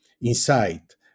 insight